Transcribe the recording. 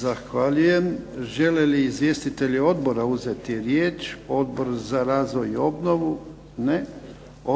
Zahvaljujem. Žele li izvjestitelji odbora uzeti riječ? Odbor za razvoj i obnovu? Ne.